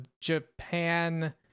Japan